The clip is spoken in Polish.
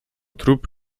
trup